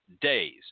days